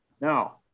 Now